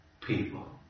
people